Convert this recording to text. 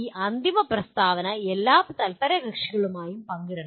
ഈ അന്തിമ പ്രസ്താവന എല്ലാ തല്പരകക്ഷികളുമായി പങ്കിടണം